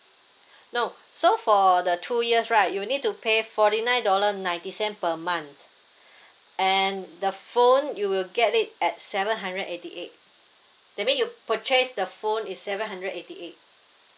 no so for the two years right you need to pay forty nine dollar ninety cent per month and the phone you will get it at seven hundred eighty eight that mean you purchase the phone is seven hundred eighty eight